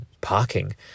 parking